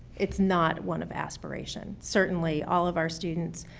it's not one of aspiration. certainly all of our students,